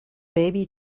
baby